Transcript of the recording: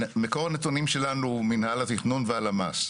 מקור הנתונים שלנו הוא מינהל התכנון והלמ"ס.